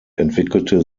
entwickelte